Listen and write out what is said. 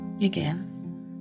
Again